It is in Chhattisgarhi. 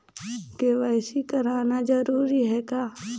के.वाई.सी कराना जरूरी है का?